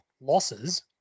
losses